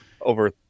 over